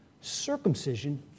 Circumcision